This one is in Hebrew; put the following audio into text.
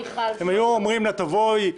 אם היו אומרים לה תבואי,